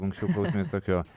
anksčiau klausėmės tokio